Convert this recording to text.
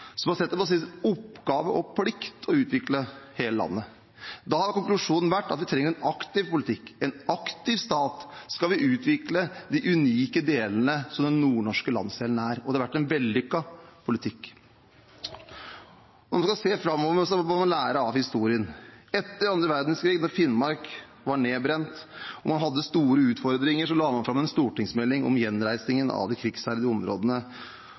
som har sett det som sin oppgave og plikt å utvikle hele landet. Da har konklusjonen vært at vi trenger en aktiv politikk, en aktiv stat, skal vi utvikle de unike delene som den nordnorske landsdelen er, og det har vært en vellykket politikk. Om vi skal se framover, må vi lære av historien. Etter andre verdenskrig, da Finnmark var nedbrent og man hadde store utfordringer, la man fram en stortingsmelding om gjenreisningen av de krigsherjede områdene,